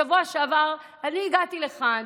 בשבוע שעבר אני הגעתי לכאן,